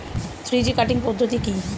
Three G cutting পদ্ধতি কি?